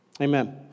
Amen